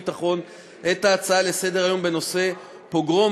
והביטחון את ההצעה לסדר-היום בנושא: פוגרום,